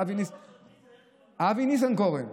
אבי ניסנקורן,